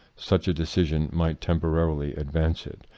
such a decision might tempor arily advance it,